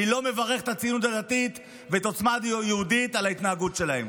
אני לא מברך את הציונות הדתית ואת עוצמה יהודית על ההתנהגות שלהן.